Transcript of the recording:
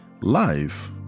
life